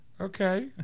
Okay